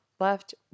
left